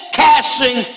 cashing